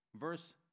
verse